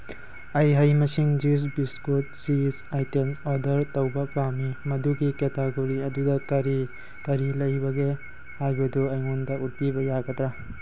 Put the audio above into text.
ꯑꯩ ꯍꯩ ꯃꯁꯤꯡ ꯖꯨꯁ ꯕꯤꯁꯀꯨꯠ ꯆꯤꯁ ꯑꯥꯏꯇꯦꯝ ꯑꯣꯗꯔ ꯇꯧꯕ ꯄꯥꯝꯝꯤ ꯃꯗꯨꯒꯤ ꯀꯦꯇꯥꯒꯣꯔꯤ ꯑꯗꯨꯗ ꯀꯔꯤ ꯀꯔꯤ ꯂꯩꯕꯒꯦ ꯍꯥꯏꯕꯗꯨ ꯑꯩꯉꯣꯟꯗ ꯎꯠꯄꯤꯕ ꯌꯥꯒꯗ꯭ꯔꯥ